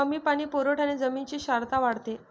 कमी पाणी पुरवठ्याने जमिनीची क्षारता वाढते